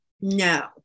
No